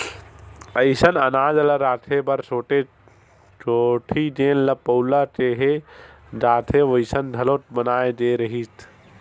असइन अनाज ल राखे बर छोटे कोठी जेन ल पउला केहे जाथे वइसन घलोक बनाए गे रहिथे